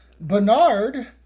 Bernard